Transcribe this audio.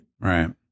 Right